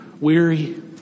weary